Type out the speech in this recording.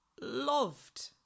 loved